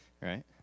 right